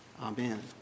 Amen